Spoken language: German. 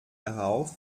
darauf